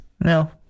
No